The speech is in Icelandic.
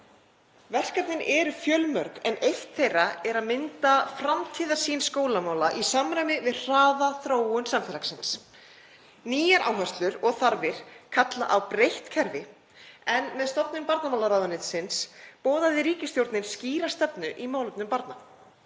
Verkefnin eru fjölmörg en eitt þeirra er að mynda framtíðarsýn skólamála í samræmi við hraða þróun samfélagsins. Nýjar áherslur og þarfir kalla á breytt kerfi en með stofnun varnarmálaráðuneytisins boðaði ríkisstjórnin skýra stefnu í málefnum barna.